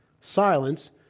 silence